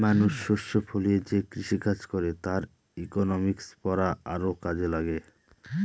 মানুষ শস্য ফলিয়ে যে কৃষিকাজ করে তার ইকনমিক্স পড়া আরও কাজে লাগে